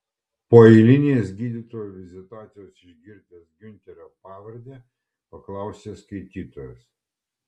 po eilinės gydytojo vizitacijos išgirdęs giunterio pavardę paklausė skaitytojas